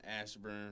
Ashburn